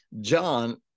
John